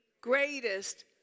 greatest